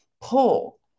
pull